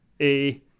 A-